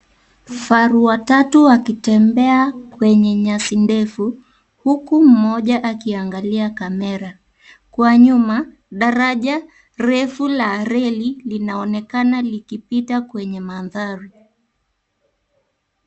Kifaru watatu akitembea kwenye nyasi ndefu huku mmoja akiangalia kamera, kwa nyuma daraja refu la reli linaonekana likipita kwenye mandhari.